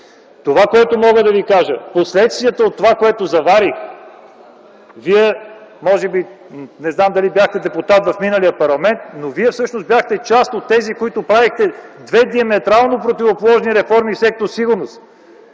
Това, което мога да ви кажа, е за последствията от това, което заварих. Вие не знам дали бяхте депутат в миналия парламент, но Вие всъщност бяхте част от тези, които правехте две диаметрално противоположни реформи в сектор „Сигурност”.